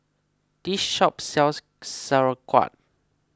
this shop sells Sauerkraut